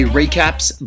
recaps